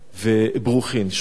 שהוקמו על-ידי המדינה,